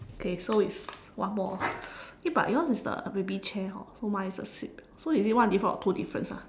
okay so it's one more eh but yours is the baby chair hor so mine is the seat belt so is it one difference or two difference ah